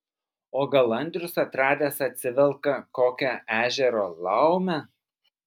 o gal andrius atradęs atsivelka kokią ežero laumę